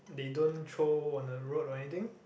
they don't throw on the road or anything